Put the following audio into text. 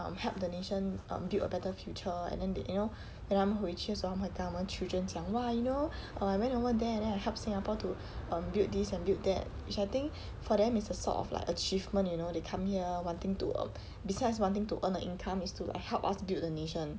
um help the nation um build a better future and then they you know then 他们回去的时候他们可以跟他们 children 讲 !wah! you know err I went over there and then I help singapore to um build this and build that which I think for them is a sort of like achievement you know they come here wanting to err besides wanting to earn a income is to like help us to build the nation